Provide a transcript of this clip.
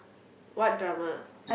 what drama